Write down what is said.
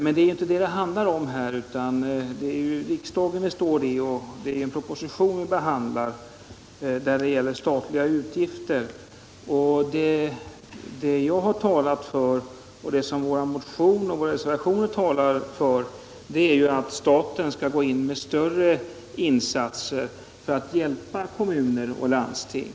Men det är inte detta det handlar om här, utan det är ju riksdagen vi står i och det är en proposition vi behandlar som gäller statliga utgifter. Det jag har talat för och det som vår motion och våra reservationer talar för är ju att staten skall gå in med större insatser för att hjälpa kommuner och landsting.